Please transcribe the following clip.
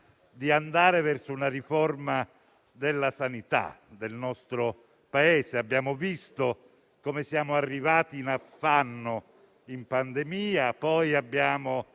di andare verso una riforma della sanità del nostro Paese. Abbiamo visto come siamo arrivati in affanno in pandemia. Poi,